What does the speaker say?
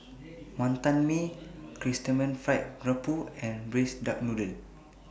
Wonton Mee Chrysanthemum Fried Garoupa and Braised Duck Noodle